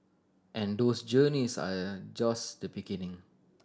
and those journeys are just the beginning